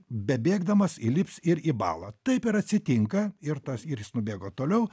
bebėgdamas į lips ir į balą taip ir atsitinka ir tas ir jis nubėgo toliau